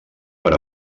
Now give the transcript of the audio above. per